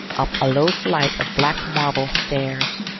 up a low flight of black-marble stairs.